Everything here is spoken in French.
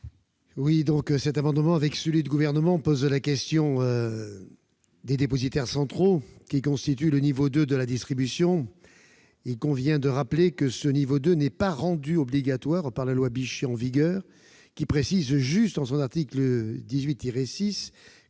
commission ? Cet amendement, avec celui du Gouvernement, soulève la question des dépositaires centraux, qui constituent le niveau 2 de la distribution. Il convient de rappeler que ce niveau 2 n'est pas rendu obligatoire par la loi Bichet en vigueur, qui précise juste, en son article 18-6,